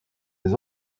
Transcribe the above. des